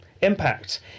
Impact